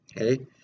okay